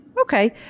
Okay